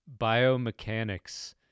biomechanics